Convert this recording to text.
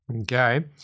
Okay